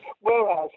whereas